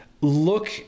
look